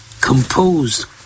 composed